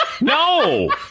No